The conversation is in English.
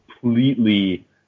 completely